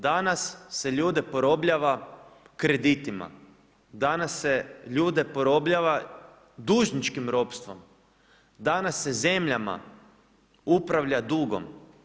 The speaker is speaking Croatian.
Danas se ljude porobljava kreditima, danas se ljude porobljava dužničkim ropstvom, danas se zemljama upravlja dugom.